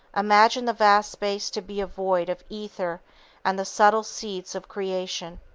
imagine the vast space to be void of ether and the subtle seeds of creation.